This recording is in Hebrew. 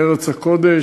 בארץ הקודש,